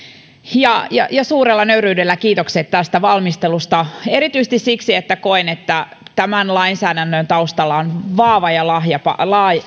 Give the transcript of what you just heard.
ja ja suurella nöyryydellä kiitokset tästä valmistelusta erityisesti siksi että koen että tämän lainsäädännön taustalla on laaja